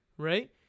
Right